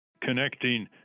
connecting